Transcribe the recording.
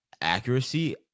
accuracy